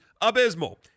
abysmal